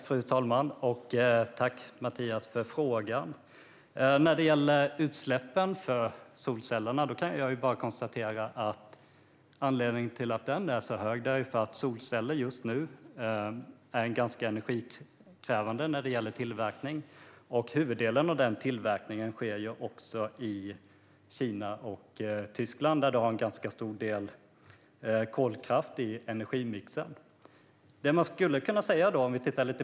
Fru talman! Tack, Mattias, för frågan! Anledningen till att utsläppen från solcellerna är så höga är att solceller just nu är ganska energikrävande att tillverka. Huvuddelen av tillverkningen sker också i Kina och Tyskland, där man har en ganska stor del kolkraft i energimixen.